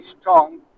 strong